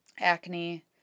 acne